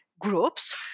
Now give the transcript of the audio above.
groups